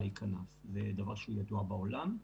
זה דבר שהוא ידוע בעולם,